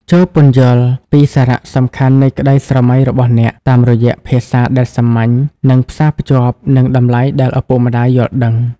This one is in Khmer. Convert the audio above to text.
ចូរពន្យល់ពីសារៈសំខាន់នៃក្តីស្រមៃរបស់អ្នក តាមរយៈភាសាដែលសាមញ្ញ និងផ្សារភ្ជាប់នឹងតម្លៃដែលឪពុកម្តាយយល់ដឹង។